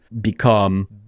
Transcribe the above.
become